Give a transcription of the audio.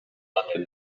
london